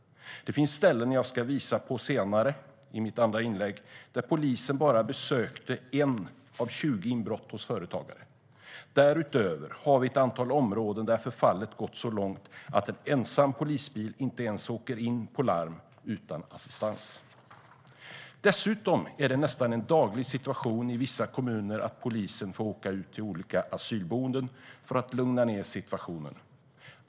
Det finns ställen som jag i mitt andra inlägg ska visa på, där polisen bara besökte 1 av 20 inbrottsplatser hos företagare. Därutöver har vi ett antal områden där förfallet har gått så långt att en ensam polisbil inte ens åker in på larm utan assistans. Dessutom förekommer det nästan dagligen i vissa kommuner att polisen får åka ut till olika asylboenden för att lugna ned situationen.